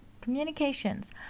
communications